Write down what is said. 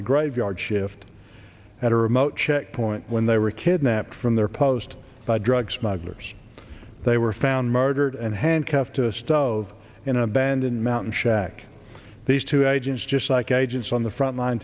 the graveyard shift at a remote checkpoint when they were kidnapped from their post by drug smugglers they were found murdered and handcuffed to a stove in abandon mountain shack these two agents just like agents on the front line